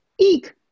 eek